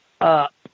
up